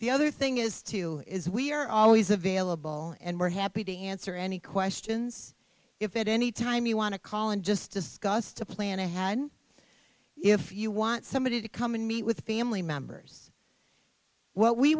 the other thing is to is we are always available and we're happy to answer any questions if it any time you want to call and just discuss to plan ahead if you want somebody to come and meet with family members what we